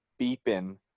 beeping